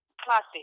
classic